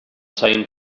time